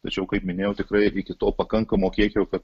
tačiau kaip minėjau tikrai iki to pakankamo kiekio kad